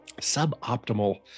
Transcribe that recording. suboptimal